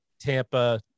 Tampa